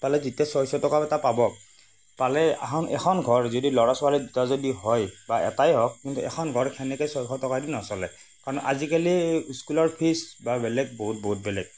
পালে যেতিয়া ছয়শ টকা এটা পাব পালে এখন এখন ঘৰ যদি লৰা ছোৱালী দুটা যদি হয় বা এটাই হওঁক কিন্তু এখন ঘৰ তেনেকে ছয়শ টকা দি নচলে কাৰণ আজিকালি স্কুলৰ ফিজ বা বেলেগ বহুত বহুত বেলেগ